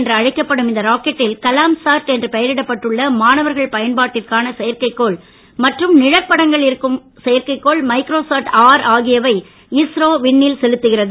என்று அழைக்கப்படும் இந்த ராக்கெட்டில் கலாம்சாட் என்று பெயரிடப்பட்டு உள்ள மாணவர்கள் பயன்பாட்டிற்கான செயற்கைக்கோள் மற்றும் நிழற்படங்கள் எடுக்கும் செயற்கைக்கோள் மைக்ரோசாட் ஆர் இஸ்ரோ விண்ணில் செலுத்துகிறது